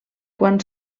quan